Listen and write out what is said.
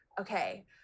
okay